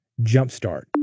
jumpstart